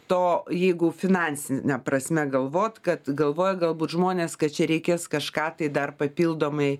to jeigu finansine prasme galvot kad galvoja galbūt žmonės kad čia reikės kažką tai dar papildomai